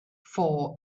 for